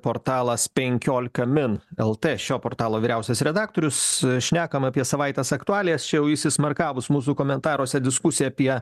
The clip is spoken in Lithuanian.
portalas penkiolika min eltė šio portalo vyriausias redaktorius šnekam apie savaitės aktualijas čia jau įsismarkavus mūsų komentaruose diskusija apie